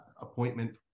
appointment